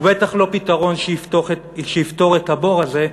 ובטח לא פתרון שיפתור את הבור הזה,